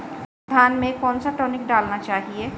धान में कौन सा टॉनिक डालना चाहिए?